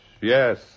yes